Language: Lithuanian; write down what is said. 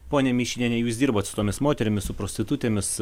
ponia mišiniene jūs dirbot su tomis moterimis su prostitutėmis